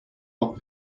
not